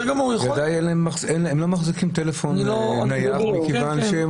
הם לא מחזיקים טלפון נייח מכיוון שהם